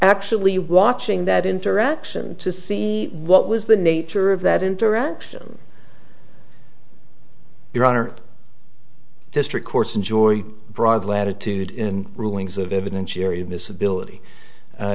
actually watching that interaction to see what was the nature of that interaction your honor district courts enjoy broad latitude in rulings of evidentiary admissibility